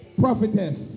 prophetess